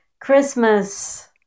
Christmas